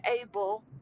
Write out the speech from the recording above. able